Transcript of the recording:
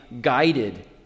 guided